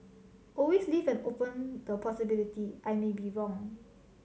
always leave open the possibility I may be wrong